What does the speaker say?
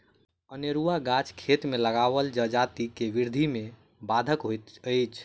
अनेरूआ गाछ खेत मे लगाओल जजाति के वृद्धि मे बाधक होइत अछि